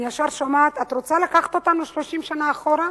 אני ישר שומעת: את רוצה לקחת אותנו 30 שנה אחרונה?